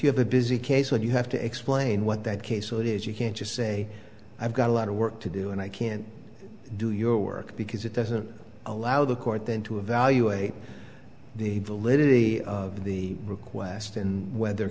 have a busy case what you have to explain what that case will it is you can't just say i've got a lot of work to do and i can't do your work because it doesn't allow the court then to evaluate the validity of the request and whether